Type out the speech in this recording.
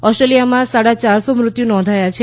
ઓસ્ટ્રેલિયામાં સાડા ચારસો મૃત્યુ નોંધાયા છે